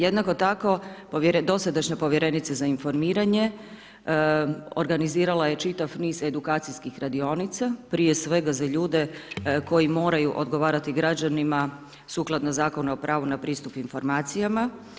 Jednako tako, dosadašnja povjerenica za informiranje organizirala je čitav niz edukacijskih radionica, prije svega za ljude koji moraju odgovarati građanima sukladno Zakonu o pravu na pristup informacijama.